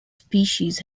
species